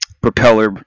propeller